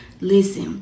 Listen